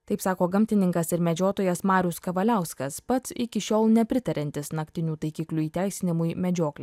taip sako gamtininkas ir medžiotojas marius kavaliauskas pats iki šiol nepritariantis naktinių taikiklių įteisinimui medžioklei